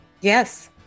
Yes